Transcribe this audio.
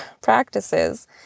practices